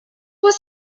was